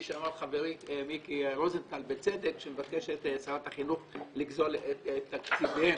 שאמר חברי מיקי רוזנטל בצדק שמבקשת שרת החינוך לגזול את תקציביהם.